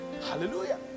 Hallelujah